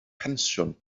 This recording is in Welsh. pensiwn